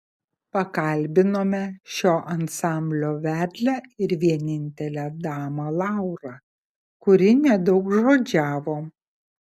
pakalbinome šio ansamblio vedlę ir vienintelę damą laurą kuri nedaugžodžiavo